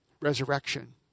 resurrection